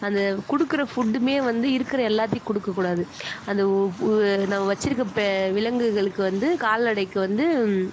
அந்த கொடுக்குற ஃபுட்டுமே வந்து இருக்கிற எல்லாத்தையும் கொடுக்கக்கூடாது அந்த ஓ நம்ம வச்சிருக்க இப்போ விலங்குகளுக்கு வந்து கால்நடைக்கு வந்து